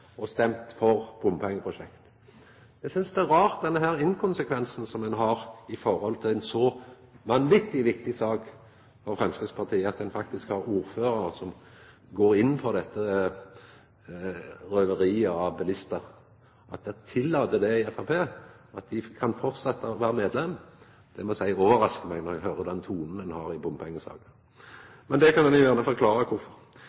og stemt for bompengeprosjekt. Eg synest denne inkonsekvensen er rar når det gjeld ei så vanvittig viktig sak for Framstegspartiet – at ein faktisk har ordførarar som går inn for dette «røveriet» av bilistar, at ein tillèt det i Framstegspartiet, og at dei kan fortsetja å vera medlemmer. Det må eg seia overraskar meg, når ein høyrer den tonen ein har i